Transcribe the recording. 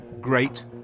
great